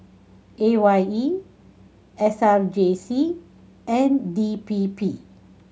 A Y E S R J C and D P P